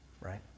right